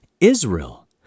Israel